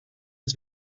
het